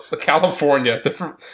California